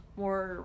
more